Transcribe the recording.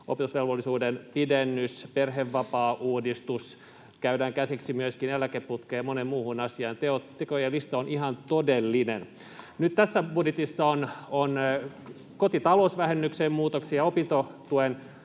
opetusvelvollisuuden pidennys, perhevapaauudistus, käydään käsiksi myöskin eläkeputkeen ja moneen muuhun asiaan — tekojen lista on ihan todellinen. Nyt tässä budjetissa on kotitalousvähennykseen muutoksia ja opintotuen